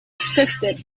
assisted